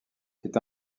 est